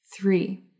Three